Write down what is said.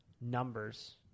numbers